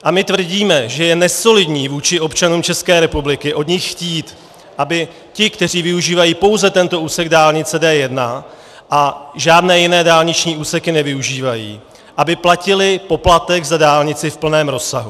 A my tvrdíme, že je nesolidní vůči občanům České republiky od nich chtít, aby ti, kteří využívají pouze tento úsek dálnice D1 a žádné jiné dálniční úseky nevyužívají, platili poplatek za dálnici v plném rozsahu.